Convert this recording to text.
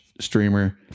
streamer